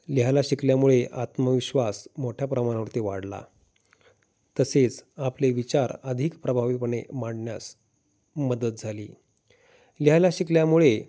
लिहायला शिकल्यामुळे आत्मविश्वास मोठ्या प्रमाणावरती वाढला तसेच आपले विचार अधिक प्रभावीपणे मांडण्यास मदत झाली लिहायला शिकल्यामुळे